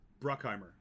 Bruckheimer